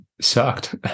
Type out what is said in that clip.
sucked